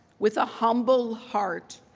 with a humble heart,